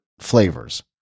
flavors